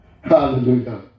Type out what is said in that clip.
Hallelujah